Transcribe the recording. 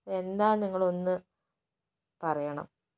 എന്താ നിങ്ങള് ഒന്ന് പറയണം